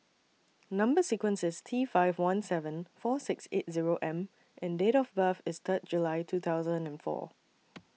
Number sequence IS T five one seven four six eight Zero M and Date of birth IS Third July two thousand and four